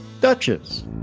Duchess